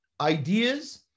ideas